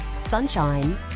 sunshine